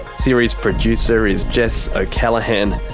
series producer is jess o'callaghan,